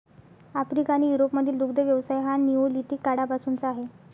Africa आणि युरोपमधील दुग्ध व्यवसाय हा निओलिथिक काळापासूनचा आहे